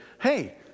hey